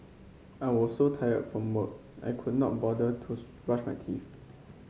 I was so tired from work I could not bother to brush my teeth